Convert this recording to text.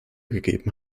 gegeben